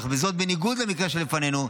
אך זאת בניגוד למקרה שלפנינו,